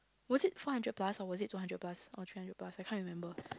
was it four hundred plus or two hundred plus or three hundred plus I can't remember